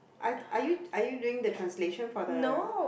are are you are you doing the translation for the